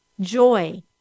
joy